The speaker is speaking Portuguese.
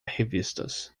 revistas